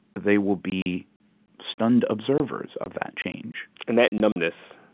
they will be stunned observers of that change and that numbness,